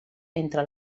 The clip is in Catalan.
entre